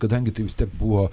kadangi tai vis tiek buvo